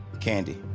candy.